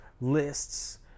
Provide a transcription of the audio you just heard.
lists